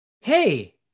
hey